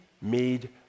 made